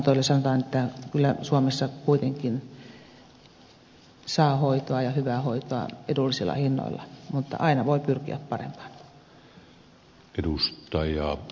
sanotaan että kyllä suomessa kuitenkin saa hoitoa ja hyvää hoitoa edullisilla hinnoilla mutta aina voi pyrkiä parempaan